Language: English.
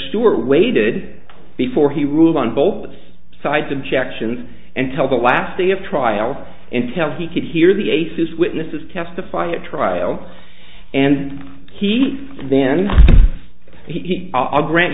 stuart waited before he ruled on both sides objections and tell the last day of trial intel he could hear the aces witnesses testify at trial and he then he i'll grant